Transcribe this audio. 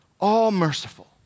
all-merciful